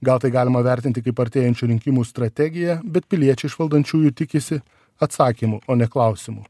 gal tai galima vertinti kaip artėjančių rinkimų strategiją bet piliečiai iš valdančiųjų tikisi atsakymų o ne klausimų